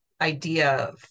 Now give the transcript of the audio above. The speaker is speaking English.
idea